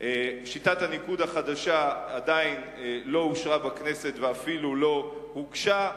שיטת הניקוד החדשה עדיין לא אושרה בכנסת ואפילו לא הוגשה,